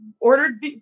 ordered